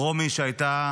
רומי, שהייתה